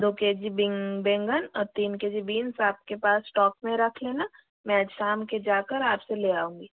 दो K G बीइं बैंगन और तीन के जी बिन्स आपके पास स्टॉक में रख लेना मैं शाम को जा कर आप से ले आऊँगी